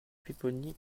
pupponi